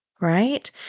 right